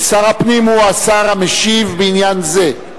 שר הפנים הוא השר המשיב בעניין זה,